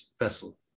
vessel